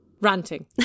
ranting